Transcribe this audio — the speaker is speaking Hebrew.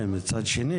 מצד אחר,